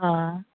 অঁ